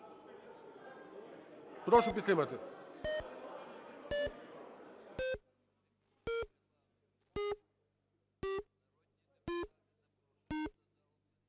Прошу підтримати.